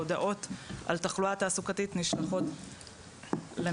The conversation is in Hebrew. ההודעות על תחלואה תעסוקתית נשלחות למשרד